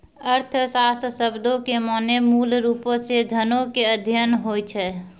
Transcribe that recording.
अर्थशास्त्र शब्दो के माने मूलरुपो से धनो के अध्ययन होय छै